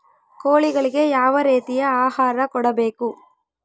ಕೋಳಿಗಳಿಗೆ ಯಾವ ರೇತಿಯ ಆಹಾರ ಕೊಡಬೇಕು?